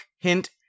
hint